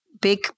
Big